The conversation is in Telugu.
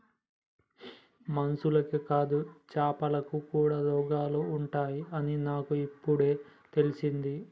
మనుషులకే కాదు చాపలకి కూడా రోగాలు ఉంటాయి అని నాకు ఇపుడే తెలిసింది